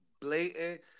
blatant